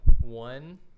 one